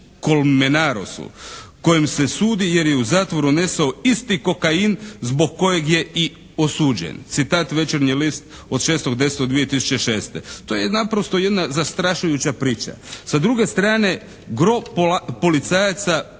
Kolmenarosu kojem se sudi jer je u zatvor unesao isti kokain zbog kojeg je i osuđen. Citat Večernji list od 6.10.2006. To je naprosto jedna zastrašujuća priča. Sa druge strane, gro policajaca